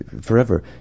Forever